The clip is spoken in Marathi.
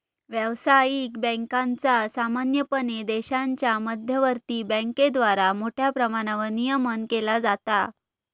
व्यावसायिक बँकांचा सामान्यपणे देशाच्या मध्यवर्ती बँकेद्वारा मोठ्या प्रमाणावर नियमन केला जाता